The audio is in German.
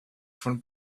von